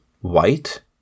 white